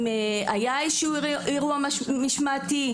אם היה איזשהו אירוע משמעתי.